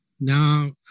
now